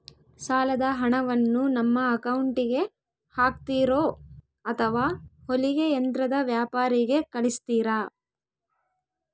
ಸಾಲದ ಹಣವನ್ನು ನಮ್ಮ ಅಕೌಂಟಿಗೆ ಹಾಕ್ತಿರೋ ಅಥವಾ ಹೊಲಿಗೆ ಯಂತ್ರದ ವ್ಯಾಪಾರಿಗೆ ಕಳಿಸ್ತಿರಾ?